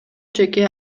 жеке